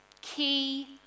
Key